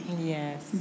Yes